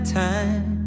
time